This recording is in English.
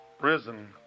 risen